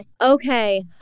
Okay